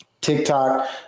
TikTok